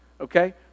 okay